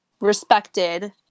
respected